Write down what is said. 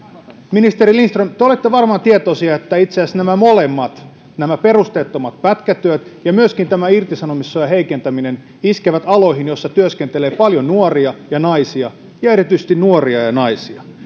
ministeri lindström te te olette varmaan tietoinen että itse asiassa nämä molemmat perusteettomat pätkätyöt ja myöskin tämä irtisanomissuojan heikentäminen iskevät aloihin joilla työskentelee paljon nuoria ja naisia ja erityisesti nuoria naisia